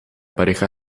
pareja